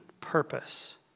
purpose